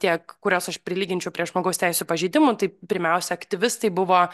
tiek kurias aš prilyginčiau prie žmogaus teisių pažeidimų tai pirmiausia aktyvistai buvo